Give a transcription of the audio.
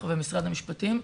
ומשרד המשפטים,